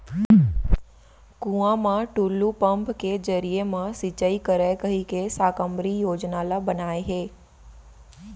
कुँआ म टूल्लू पंप के जरिए म सिंचई करय कहिके साकम्बरी योजना ल बनाए हे